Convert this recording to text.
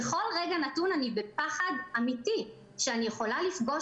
בכל רגע נתון אני בפחד אמיתי שאני יכולה לפגוש